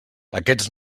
aquests